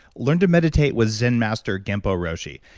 learn to meditate with zen master genpo roshi.